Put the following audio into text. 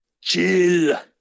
chill